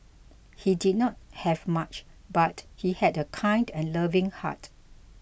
he did not have much but he had a kind and loving heart